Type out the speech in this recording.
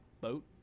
boat